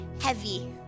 heavy